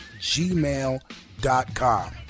gmail.com